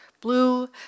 Blue